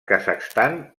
kazakhstan